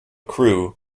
crew